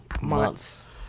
months